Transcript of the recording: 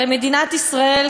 הרי מדינת ישראל,